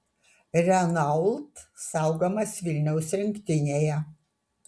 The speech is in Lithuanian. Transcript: renault saugomas vilniaus rinktinėje